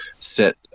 set